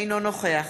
אינו נוכח